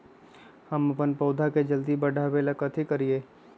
हम अपन पौधा के जल्दी बाढ़आवेला कथि करिए?